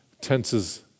tenses